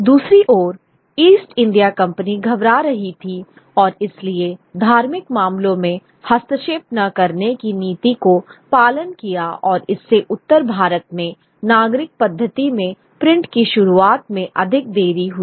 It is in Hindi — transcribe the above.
दूसरी ओर ईस्ट इंडिया कंपनी घबरा रही थी और इसलिए धार्मिक मामलों में हस्तक्षेप न करने की नीति का पालन किया और इससे उत्तर भारत में नागरिक पद्धति में प्रिंट की शुरुआत में अधिक देरी हुई